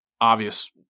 obvious